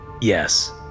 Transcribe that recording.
Yes